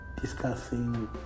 discussing